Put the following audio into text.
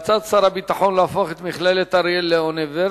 2347 ו-2367 בנושא: החלטת שר הביטחון להפוך את מכללת אריאל לאוניברסיטה.